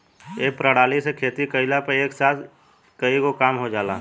ए प्रणाली से खेती कइला पर एक साथ कईगो काम हो जाला